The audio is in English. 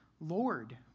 Lord